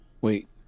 wait